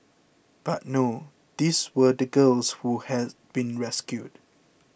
but no these were the girls who had been rescued